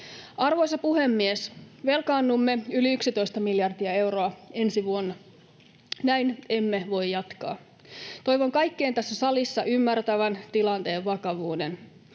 Arvoisa puhemies! Velkaannumme yli 11 miljardia euroa ensi vuonna. Näin emme voi jatkaa. Toivon kaikkien tässä salissa ymmärtävän tilanteen vakavuuden.